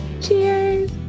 Cheers